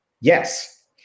Yes